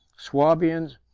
swabians,